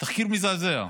תחקיר מזעזע.